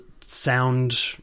sound